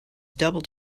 doubled